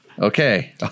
Okay